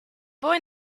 boy